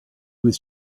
was